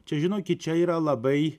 čia žinokit čia yra labai